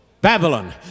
Babylon